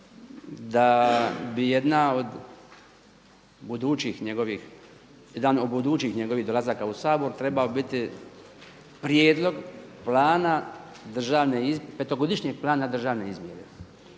da bi jedna od budućih njegovih dolazaka u Sabor trebao biti prijedlog plana petogodišnjeg plana državne izmjere.